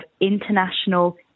international